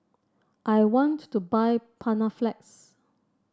I want to buy Panaflex